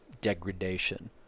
degradation